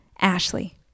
Ashley